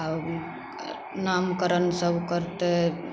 नामकरण सभ करतै